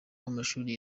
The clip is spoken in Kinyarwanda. w’amashuri